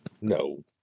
No